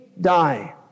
die